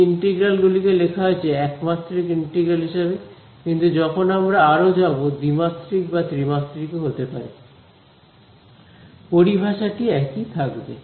এই ইন্টিগ্রাল গুলিকে লেখা হয়েছে একমাত্রিক ইন্টিগ্রাল হিসাবে কিন্তু যখন আমরা আরো যাব দ্বিমাত্রিক বা ত্রিমাত্রিক ও হতে পারে পরিভাষাটি একই থাকবে